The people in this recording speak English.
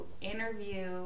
interview